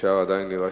ואפשר עדיין להירשם.